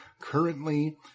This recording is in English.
Currently